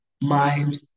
mind